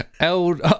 Old